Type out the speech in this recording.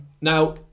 now